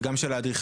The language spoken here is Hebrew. וגם של האדריכלים,